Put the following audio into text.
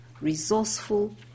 resourceful